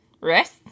rest